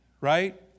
Right